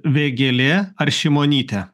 vėgėlė ar šimonytė